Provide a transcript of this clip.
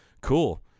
cool